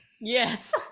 Yes